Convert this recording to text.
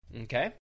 Okay